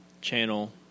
channel